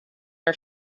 are